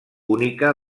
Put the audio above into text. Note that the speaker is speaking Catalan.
única